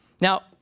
Now